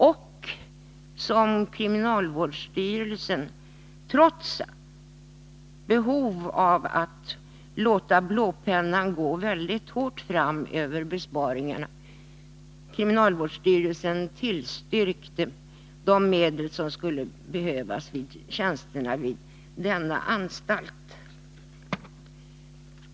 Trots behovet av att göra besparingar och låta blåpennan gå hårt fram, så har ändå kriminalvårdsstyrelsen tillstyrkt att medel anslås för tillsättande av begärda tjänster vid anstalten.